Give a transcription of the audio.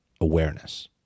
awareness